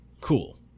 Cool